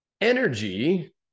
Energy